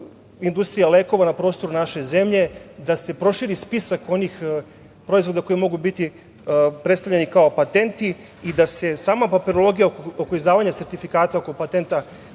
industrija lekova na prostoru naše zemlje, da se proširi spisak onih proizvoda koji mogu biti predstavljeni kao patenti i da se sama papirologija oko izdavanja sertifikata oko patenta